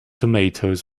tomatoes